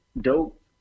dope